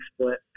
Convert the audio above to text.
split